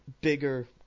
bigger